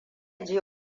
je